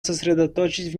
сосредоточить